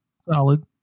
solid